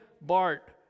Bart